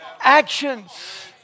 actions